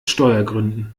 steuergründen